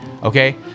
Okay